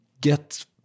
get